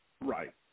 Right